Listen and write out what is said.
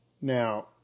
Now